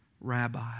rabbi